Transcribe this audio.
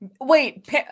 wait